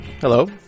Hello